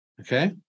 Okay